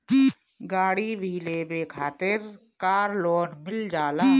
गाड़ी भी लेवे खातिर कार लोन मिल जाला